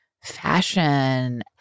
fashion